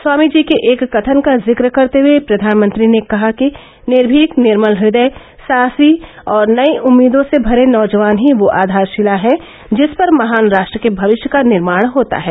स्वामीजी के एक कथन का जिक्र करते हुए प्रधानमंत्री ने कहा कि निर्मीक निर्मल इदय साहसी और नई उम्मीदों से भरे नौजवान ही वह आधारशिला हैं जिस पर महान राष्ट्र के भविष्य का निर्माण होता है